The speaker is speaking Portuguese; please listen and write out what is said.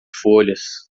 folhas